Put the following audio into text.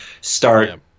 start